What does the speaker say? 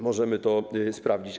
Możemy to sprawdzić.